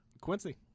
Quincy